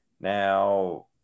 Now